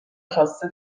خواسته